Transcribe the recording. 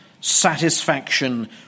satisfaction